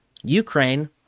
Ukraine